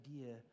idea